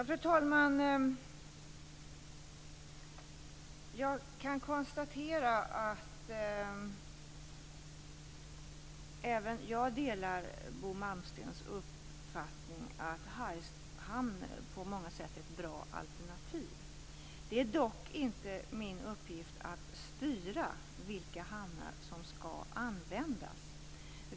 Fru talman! Även jag delar Bo Malmstens uppfattning, att Hargshamn på många sätt är ett bra alternativ. Det är dock inte min uppgift att styra vilka hamnar som skall användas.